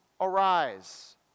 arise